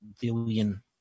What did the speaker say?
billion